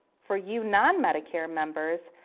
for you non-medicare members,